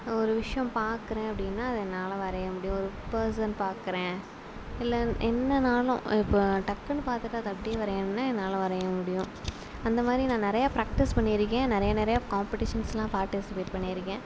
ஒரு விஷயம் பார்க்குறேன் அப்படின்னா அதை என்னால் வரைய முடியும் ஒரு பர்சன் பார்க்குறேன் இல்லை என்னனாலும் இப்போ டக்குன்னு பார்த்துட்டு அதை அப்படியே வரையணுன்னா என்னால் வரைய முடியும் அந்த மாதிரி நான் நிறைய ப்ராக்டிஸ் பண்ணி இருக்கேன் நிறைய நிறைய காம்படிஷன்ஸ்லாம் பார்டிசிபேட் பண்ணி இருக்கேன்